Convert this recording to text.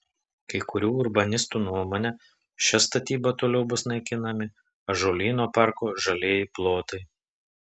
kai kurių urbanistų nuomone šia statyba toliau bus naikinami ąžuolyno parko žalieji plotai